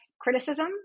criticism